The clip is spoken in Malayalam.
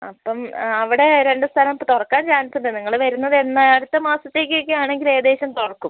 അപ്പം അവിടെ രണ്ട് സ്ഥലം ഇപ്പം തുറക്കാൻ ചാൻസുണ്ട് നിങ്ങൾ വരുന്നതെന്നാണ് അടുത്ത മാസത്തേക്കൊക്കെ ആണെങ്കിൽ ഏകദേശം തുറക്കും